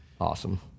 Awesome